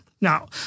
Now